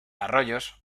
arroyos